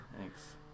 Thanks